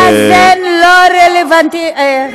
אבו מאזן לא רלוונטי.